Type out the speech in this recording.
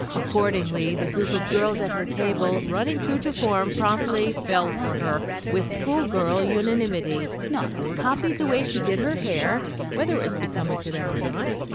accordingly, the group of girls at her table, running true to form, promptly fell for her with schoolgirl unanimity copied the way she did her hair, whether it was becoming to them or not,